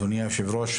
אדוני היושב-ראש,